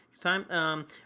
Time